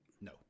No